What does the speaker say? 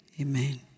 amen